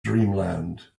dreamland